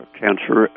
cancer